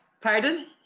Pardon